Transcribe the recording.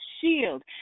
shield